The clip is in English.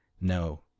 No